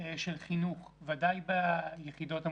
של חינוך, ודאי ביחידות המובחרות.